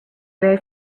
very